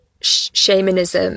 shamanism